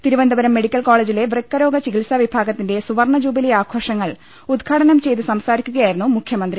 Thiruvananthapuram medical കോളേജിലെ വൃക്ക രോഗ ചികിത്സാ വിഭാഗത്തിന്റെ സൂവർണ്ണ ജൂബിലി ആഘോഷങ്ങൾ ഉദ്ഘാടനം ചെയ്ത് സംസാരിക്കുകയാ യിരുന്നു മുഖ്യമന്ത്രി